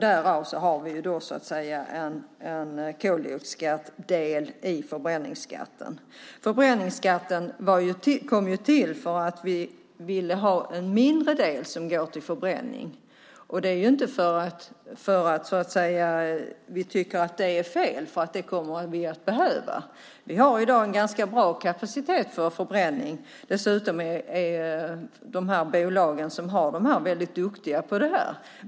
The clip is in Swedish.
Därav finns det en del koldioxidskatt i förbränningsskatten. Förbränningsskatten kom till för att vi ville att en mindre del skulle gå till förbränning. Det är inte fel, för det kommer vi att behöva. Vi har i dag en ganska bra kapacitet för förbränning, och bolagen är dessutom väldigt duktiga på detta.